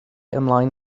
ymlaen